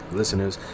listeners